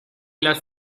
las